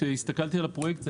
כשהסתכלתי על התוכנית,